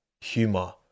Humor